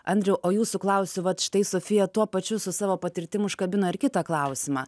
andriau o jūsų klausiu vat štai sofija tuo pačiu su savo patirtim užkabino ir kitą klausimą